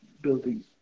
building